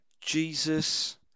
Jesus